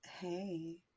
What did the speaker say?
Hey